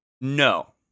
No